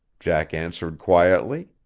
jack answered quietly.